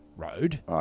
road